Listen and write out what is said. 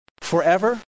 forever